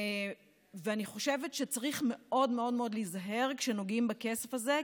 ואני חושבת שצריך מאוד מאוד מאוד להיזהר כשנוגעים בכסף הזה,